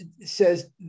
Says